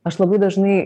aš labai dažnai